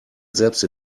selbst